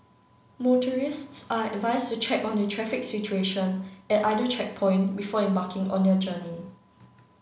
motorists are advised to check on the traffic situation at either checkpoint before embarking on their journey